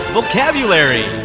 Vocabulary